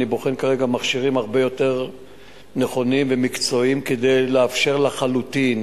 אני בוחן כרגע מכשירים הרבה יותר נכונים ומקצועיים כדי לאפשר לחלוטין,